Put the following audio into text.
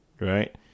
right